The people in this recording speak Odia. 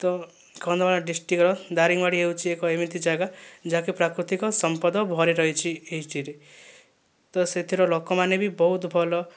ତ କନ୍ଧମାଳ ଡିଷ୍ଟ୍ରିକ୍ଟର ଦାରିଙ୍ଗିବାଡ଼ି ହେଉଛି ଏକ ଏମିତି ଜାଗା ଯାହାକି ପ୍ରାକୃତିକ ସମ୍ପଦ ଭରି ରହିଛି ଏଇଥିରେ ତ ସେଥିରେ ଲୋକମାନେ ବି ବହୁତ ଭଲ